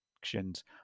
actions